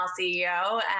CEO